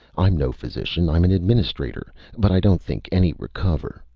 i'm no physician! i'm an administrator! but i don't think any recover.